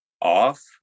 off